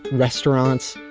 restaurants,